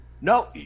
No